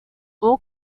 all